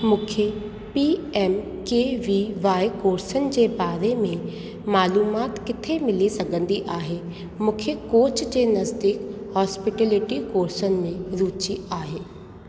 खे P M K V Y कोर्सन जे बारे में मालूमात किथे मिली सघंदी आहे मूखे कोच्चि जे नज़दीक हॉस्पिटिलिटी कोर्सनि में रूचि आहे